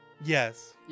Yes